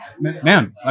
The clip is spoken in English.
Man